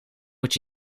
moet